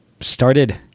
started